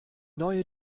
neue